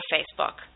Facebook